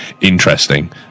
interesting